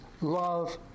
love